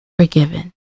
forgiven